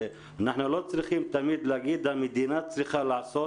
אנחנו לא צריכים תמיד להגיד שהמדינה צריכה לעשות,